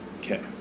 Okay